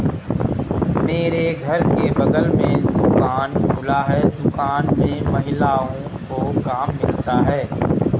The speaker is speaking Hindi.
मेरे घर के बगल में दुकान खुला है दुकान में महिलाओं को काम मिलता है